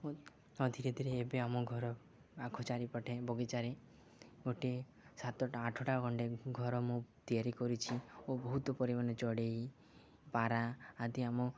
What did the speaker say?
ଆଉ ଧୀରେ ଧୀରେ ଏବେ ଆମ ଘର ଆଖୁ ଚାରି ପଠେ ବଗିଚାରେ ଗୋଟେ ସାତଟା ଆଠଟା ଗଣ୍ଡେ ଘର ମୁଁ ତିଆରି କରିଛି ଓ ବହୁତ ପରିମାଣରେ ଚଢ଼େଇ ପାରା ଆଦି ଆମ